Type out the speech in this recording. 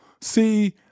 see